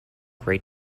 great